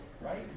right